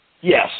Yes